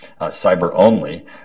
cyber-only